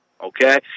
Okay